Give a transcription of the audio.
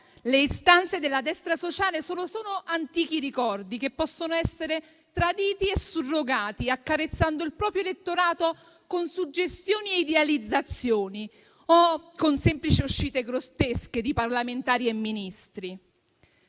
le istanze della destra sociale sono solo antichi ricordi, che possono essere traditi e surrogati, accarezzando il proprio elettorato con suggestioni e idealizzazioni o con semplici uscite grottesche di parlamentari e ministri.